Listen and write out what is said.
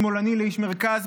שמאלני ואיש מרכז,